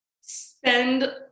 Spend